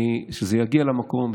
כשזה יגיע למקום,